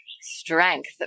strength